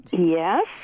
Yes